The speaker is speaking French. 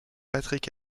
patrick